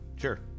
Sure